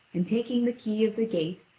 and taking the key of the gate,